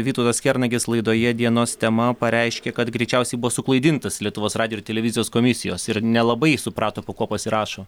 vytautas kernagis laidoje dienos tema pareiškė kad greičiausiai buvo suklaidintas lietuvos radijo ir televizijos komisijos ir nelabai suprato po kuo pasirašo